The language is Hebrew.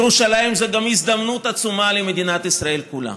ירושלים זה גם הזדמנות עצומה למדינת ישראל כולה.